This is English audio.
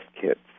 kits